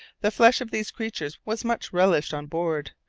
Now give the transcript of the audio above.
the flesh of these creatures was much relished on board,